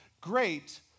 great